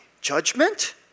Judgment